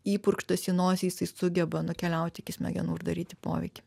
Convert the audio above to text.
įpurkštas į nosį jisai sugeba nukeliauti iki smegenų ir daryti poveikį